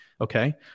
Okay